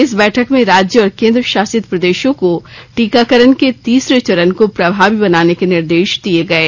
इस बैठक में राज्य और केन्द्र शासित प्रदेशों को टीकाकरण के तीसरे चरण को प्रभावी बनाने के निर्देश दिये गये